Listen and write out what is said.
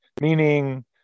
meaning